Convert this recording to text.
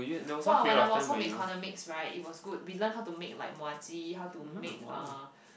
!wah! when I was home economics right it was good we learn how to make like Muah-Chee how to make uh